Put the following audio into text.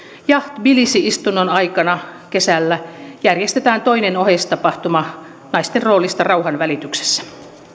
ja tbilisi istunnon aikana kesällä järjestetään toinen oheistapahtuma naisten roolista rauhanvälityksessä